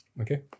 Okay